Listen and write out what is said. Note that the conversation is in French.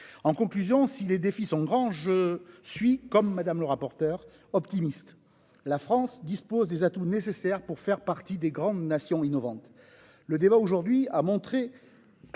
En conclusion, si les défis sont grands, je suis, comme Mme le rapporteur, optimiste, car la France dispose des atouts nécessaires pour faire partie des grandes nations innovantes. Le débat d'aujourd'hui a montré